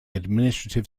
administrative